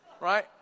right